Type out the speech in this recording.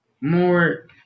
more